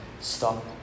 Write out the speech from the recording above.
stop